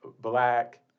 black